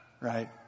right